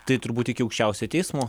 tai turbūt iki aukščiausiojo teismo